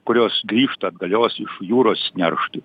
kurios grįžta atgalios iš jūros neršti